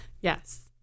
Yes